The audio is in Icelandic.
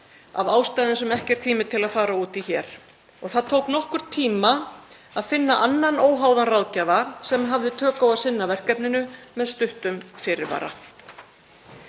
af ástæðum sem ekki er tími til að fara út í hér. Það tók nokkurn tíma að finna annan óháðan ráðgjafa sem hafði tök á að sinna verkefninu með stuttum fyrirvara.